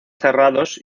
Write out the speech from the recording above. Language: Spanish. cerrados